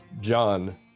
John